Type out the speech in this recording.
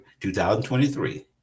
2023